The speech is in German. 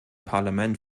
parlament